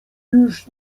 już